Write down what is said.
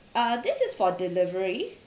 uh this is for delivery